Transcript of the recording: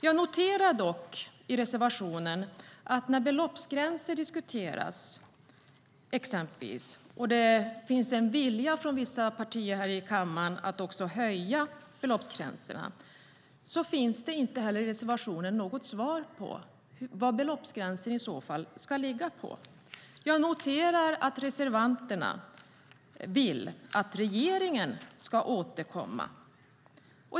Jag noterar i reservationen att det finns en vilja från vissa partier i kammaren att höja beloppsgränserna, men i reservationen anges inte var beloppsgränsen i så fall ska ligga. Jag noterar också att reservanterna vill att regeringen ska återkomma.